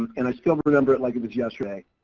and i still but remember it like it was yesterday,